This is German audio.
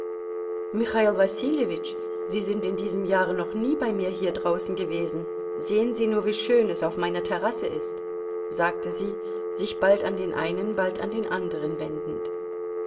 wasiljewitsch sie sind in diesem jahre noch nie bei mir hier draußen gewesen sehen sie nur wie schön es auf meiner terrasse ist sagte sie sich bald an den einen bald an den andern wendend